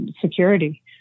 security